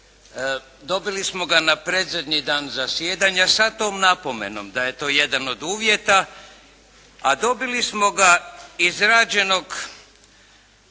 Dobili smo ga na predzadnji dan zasjedanja sa tom napomenom da je to jedan od uvjeta a dobili smo ga izrađenog